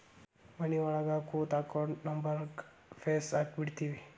ಮನಿಯೊಳಗ ಕೂತು ಅಕೌಂಟ್ ನಂಬರ್ಗ್ ಫೇಸ್ ಹಾಕಿಬಿಡ್ತಿವಿ